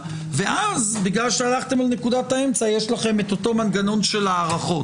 ואז בגלל שהלכתם לנקודת האמצע יש לכם את אותו מנגנון של הארכות?